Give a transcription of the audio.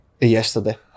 yesterday